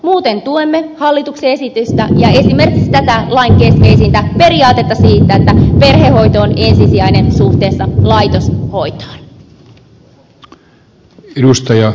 muuten tuemme hallituksen esitystä ja esimerkiksi tätä lain keskeisintä periaatetta siitä että perhehoito on ensisijainen suhteessa laitoshoitoon